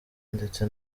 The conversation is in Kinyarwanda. ndetse